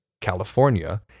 California